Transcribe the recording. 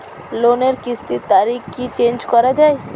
লোনের কিস্তির তারিখ কি চেঞ্জ করা যায়?